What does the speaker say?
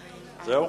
זהו?